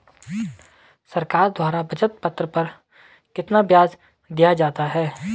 सरकार द्वारा बचत पत्र पर कितना ब्याज दिया जाता है?